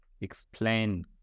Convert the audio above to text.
explain